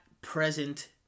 present